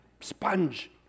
Sponge